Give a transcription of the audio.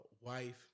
wife